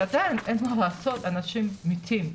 אבל עדיין אין מה לעשות, אנשים מתים.